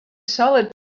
solid